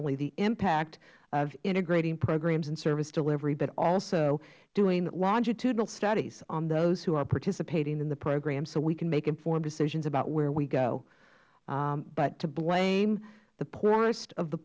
only the impact of integrating programs and service delivery but also doing longitudinal studies on those who are participating in the programs so we can make informed decisions about where we go to blame the poorest of the